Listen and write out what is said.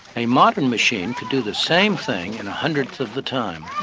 a modern machine could do the same thing in a hundredth of the time.